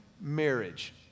marriage